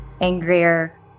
angrier